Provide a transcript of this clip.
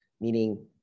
Meaning